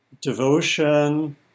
devotion